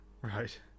Right